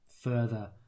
further